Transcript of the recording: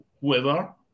whoever